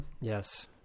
Yes